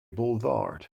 boulevard